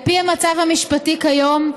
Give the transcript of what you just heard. על פי המצב המשפטי כיום,